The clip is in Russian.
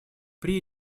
при